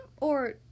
or